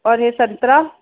और हे संतरा